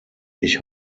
ich